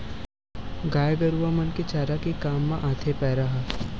गाय गरुवा मन के चारा के काम म आथे पेरा ह